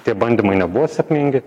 tie bandymai nebuvo sėkmingi